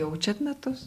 jaučiat metus